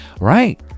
right